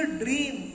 dream